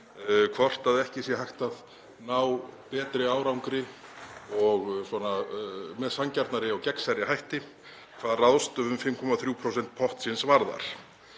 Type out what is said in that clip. hvort ekki sé hægt að ná betri árangri með sanngjarnari og gegnsærri hætti hvað ráðstöfun 5,3% pottsins varðar.